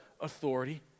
authority